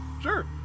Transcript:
Sure